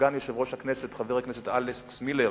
סגן יושב-ראש הכנסת, חבר הכנסת אלכס מילר,